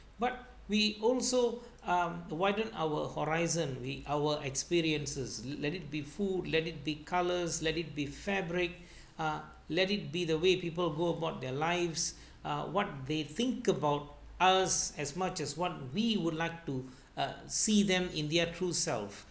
but we also um widen our horizon we our experiences let it be food let it be colors let it be fabric uh let it be the way people go about their lives uh what they think about us as much as what we would like to uh see them in their true self